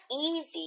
easy